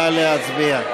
נא להצביע.